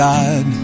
God